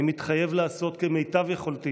אני מתחייב לעשות כמיטב יכולתי